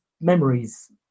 memories